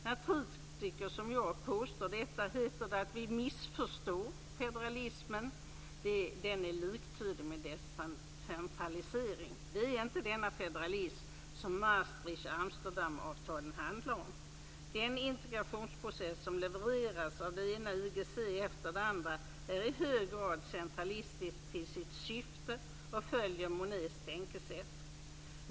När kritiker som jag påstår detta heter det att vi missförstår federalismen. Den är liktydig med decentralisering. Det är inte denna federalism som Maastricht och Amsterdamavtalet handlar om. Den integrationsprocess som levereras av den ena IGC:n efter den andra är i hög grad centralistisk till sitt syfte och följer Monnets tänkesätt.